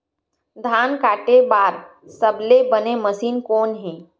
धान काटे बार सबले बने मशीन कोन हे?